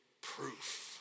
proof